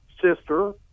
sister